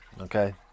Okay